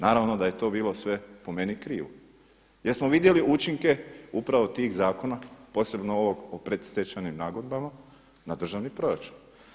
Naravno da je to bilo sve po meni krivo jer smo vidjeli učinke upravo tih zakona, posebno ovog o predstečajnim nagodbama na državni proračun.